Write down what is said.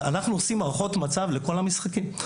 אנחנו עושים הערכות מצב לכל המשחקים.